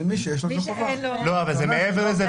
זה מעבר לזה.